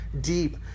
deep